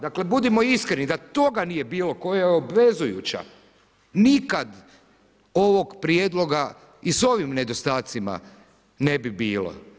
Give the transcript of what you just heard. Dakle, budimo iskreni, da toga nije bilo, koja je obvezujuća, nikad ovog prijedloga i s ovim nedostacima ne bi bilo.